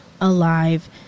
alive